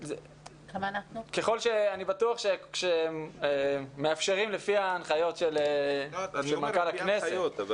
אני בטוח שמאפשרים לפי ההנחיות של מנכ"ל הכנסת.